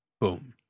Boom